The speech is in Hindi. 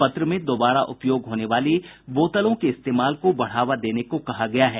पत्र में दोबारा उपयोग होने वाली बोतलों के इस्तेमाल को बढ़ावा देने को कहा गया है